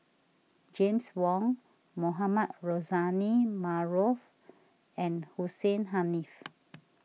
James Wong Mohamed Rozani Maarof and Hussein Haniff